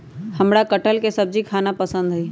हमरा कठहल के सब्जी खाना पसंद हई